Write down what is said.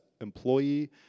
employee